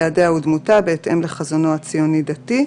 יעדיה ודמותה בהתאם לחזונו הציוני-דתי".